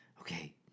okay